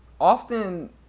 often